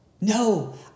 No